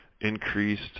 increased